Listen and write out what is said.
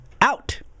out